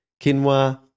quinoa